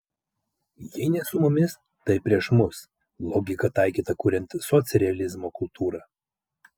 jei ne su mumis tai prieš mus logika taikyta kuriant socrealizmo kultūrą